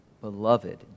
beloved